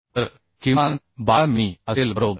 तर किमान 12 मिमी असेल बरोबर